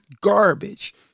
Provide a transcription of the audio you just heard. garbage